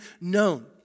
known